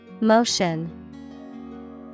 Motion